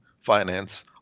finance